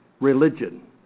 religion